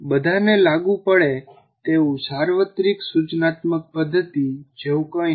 બધાને લાગુ પડે તેવું સાર્વત્રિક સૂચનાત્મક પદ્ધતિ જેવું કંઈ નથી